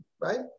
right